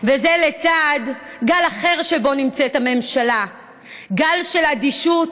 וזה לצד גל אחר שבו נמצאת הממשלה, גל של אדישות,